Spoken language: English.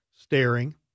Staring